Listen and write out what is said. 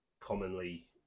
commonly